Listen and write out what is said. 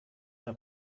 der